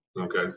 okay